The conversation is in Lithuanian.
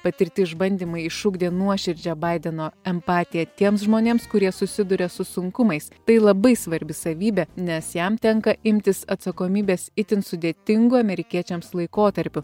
patirti išbandymai išugdė nuoširdžią baideno empatiją tiems žmonėms kurie susiduria su sunkumais tai labai svarbi savybė nes jam tenka imtis atsakomybės itin sudėtingu amerikiečiams laikotarpiu